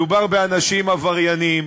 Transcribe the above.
מדובר באנשים עבריינים,